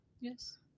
Yes